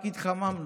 רק התחממנו.